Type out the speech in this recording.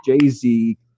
Jay-Z